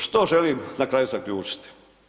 Što želim na kraju zaključiti?